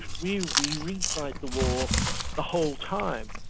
we we refight the war the whole time.